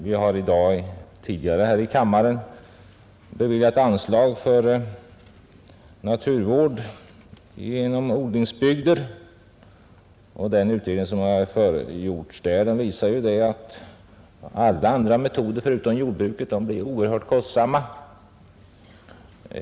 Vi har tidigare här i dag beviljat anslag för naturvård i odlingsbygder, och den utredning som gjorts i det sammanhanget visar att alla andra metoder än jordbruket blir oerhört kostsamma.